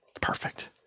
perfect